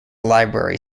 library